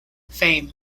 fame